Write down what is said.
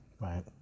Right